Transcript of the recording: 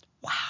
Wow